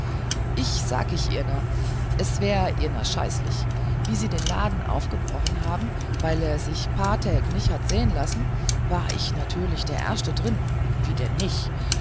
ich sag ich ihnän es war ihnän schaislich wie sie den laden aufgebrochen haben weil er sich paar täg nicht hat segen lassen war ich natierlich der erschte drin wie denn nicht